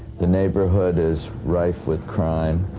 the neighborhood is rife with crime.